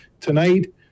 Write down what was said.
Tonight